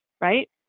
right